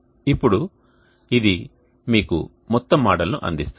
ఇప్పుడు ఇది మీకు మొత్తం మోడల్ను అందిస్తుంది